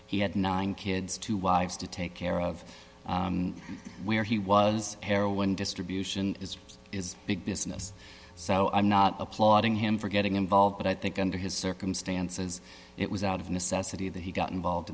he had nine kids two wives to take care of where he was heroin distribution is is big business so i'm not applauding him for getting involved but i think under his circumstance it says it was out of necessity that he got involved